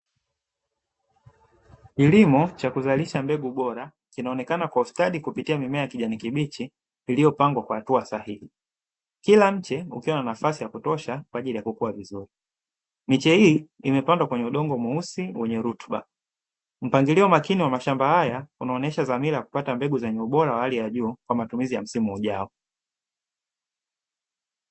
Kilimo cha kuzalisha mbegu bora inaonekana kwa ustadi kupitia mimea ya kijamii iliyopangwa kwa hatua sahihi kila mti ukiwa nafasi ya kutosha kwa ajili ya kukua vizuri mechi hii imepandwa kwenye udongo mweusi wenye rutuba mpangilio makini wa mashamba haya unaonyesha dhamira kupata mbegu zenye ubora wa hali ya juu kwa matumizi ya msimu ujao.